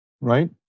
right